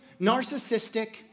narcissistic